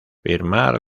firmar